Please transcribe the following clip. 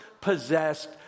possessed